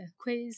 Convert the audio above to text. quiz